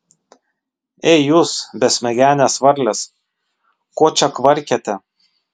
ei jūs besmegenės varlės ko čia kvarkiate